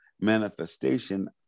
Manifestation